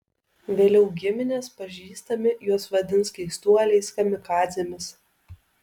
vėliau giminės pažįstami juos vadins keistuoliais kamikadzėmis